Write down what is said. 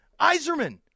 Iserman